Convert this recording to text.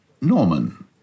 Norman